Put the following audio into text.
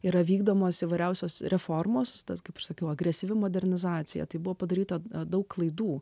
yra vykdomos įvairiausios reformos tad kaip sakiau agresyvi modernizacija tai buvo padaryta daug klaidų